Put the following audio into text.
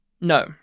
No